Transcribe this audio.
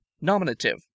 Nominative